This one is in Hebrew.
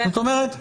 זאת אומרת,